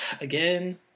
again